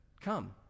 Come